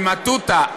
במטותא,